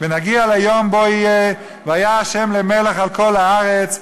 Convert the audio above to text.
ונגיע ליום שבו יהיה "והיה ה' למלך על כל הארץ,